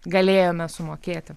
galėjome sumokėti